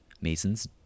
Masons